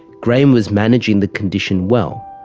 graham was managing the condition well,